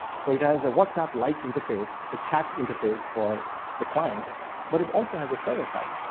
so, it has a whatsapp like interface, a chat interface for the client but it also has a server-side.